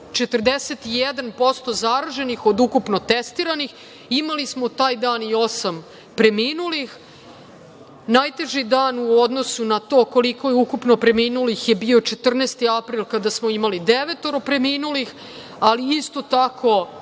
41% zaraženih od ukupno testiranih, imali smo taj dan i osam preminulih, najteži dan u odnosu na to koliko je ukupno preminulih je bio 14. april kada smo imali devet preminulih, ali isto tako